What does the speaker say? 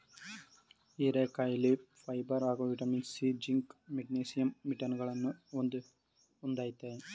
ಹೀರೆಕಾಯಿಲಿ ಫೈಬರ್ ಹಾಗೂ vitamin C, zinc, magnesium ವಿಟಮಿನಗಳನ್ನ ಹೊಂದಯ್ತೆ